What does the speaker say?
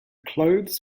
clothes